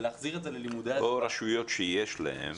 ולהחזיר את זה ללימודי הליבה -- או רשויות שיש להן.